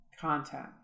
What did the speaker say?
content